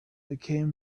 became